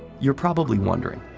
you're probably wondering,